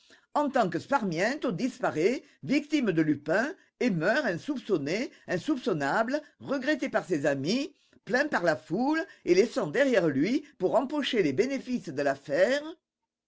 en tant que sparmiento disparaît victime de lupin et meurt insoupçonné insoupçonnable regretté par ses amis plaint par la foule et laissant derrière lui pour empocher les bénéfices de l'affaire